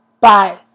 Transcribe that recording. Bye